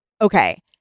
okay